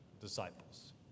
disciples